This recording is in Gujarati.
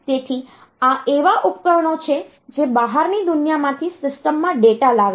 તેથી આ એવા ઉપકરણો છે જે બહારની દુનિયામાંથી સિસ્ટમ માં ડેટા લાવે છે